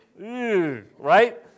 right